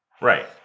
Right